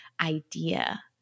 idea